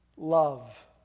Love